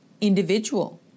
individual